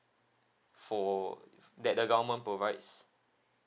for that the government provides